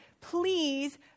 please